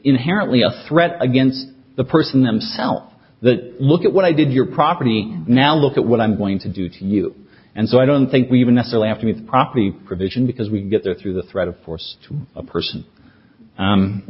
inherently a threat against the person themself that look at what i did your property now look at what i'm going to do to you and so i don't think we even necessarily have to meet property provision because we can get there through the threat of force a person u